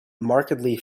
markedly